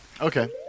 Okay